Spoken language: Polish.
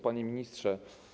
Panie Ministrze!